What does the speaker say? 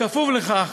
בכפוף לכך